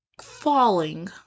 falling